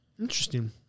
Interesting